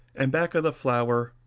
and back of the flour,